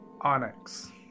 onyx